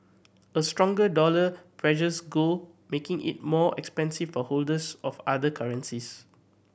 a stronger dollar pressures gold making it more expensive for holders of other currencies